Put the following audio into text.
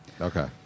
Okay